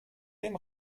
dem